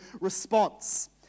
response